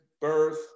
birth